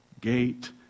gate